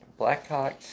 Blackhawks